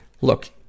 Look